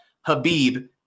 Habib